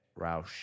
Roush